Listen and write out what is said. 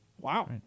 Wow